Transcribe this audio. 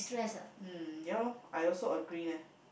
mm ya loh I also agree leh